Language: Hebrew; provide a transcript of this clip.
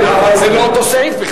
כן, אבל זה לא אותו סעיף.